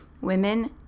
Women